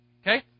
Okay